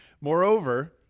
Moreover